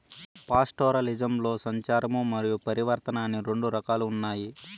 పాస్టోరలిజంలో సంచారము మరియు పరివర్తన అని రెండు రకాలు ఉన్నాయి